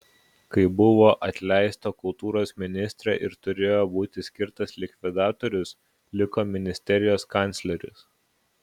kai buvo atleista kultūros ministrė ir turėjo būti skirtas likvidatorius liko ministerijos kancleris